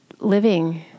living